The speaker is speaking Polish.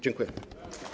Dziękuję.